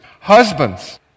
Husbands